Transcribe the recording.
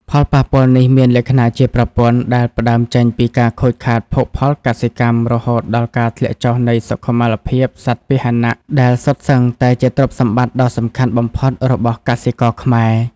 ផលប៉ះពាល់នេះមានលក្ខណៈជាប្រព័ន្ធ ដែលផ្ដើមចេញពីការខូចខាតភោគផលកសិកម្ម រហូតដល់ការធ្លាក់ចុះនៃសុខុមាលភាពសត្វពាហនៈ ដែលសុទ្ធសឹងតែជាទ្រព្យសម្បត្តិដ៏សំខាន់បំផុតរបស់កសិករខ្មែរ។